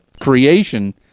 creation